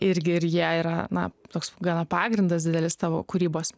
irgi ir jie yra na toks gana pagrindas didelis tavo kūrybos